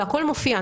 והכול מופיע,